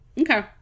Okay